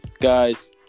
Guys